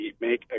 make